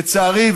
לצערי,